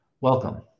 Welcome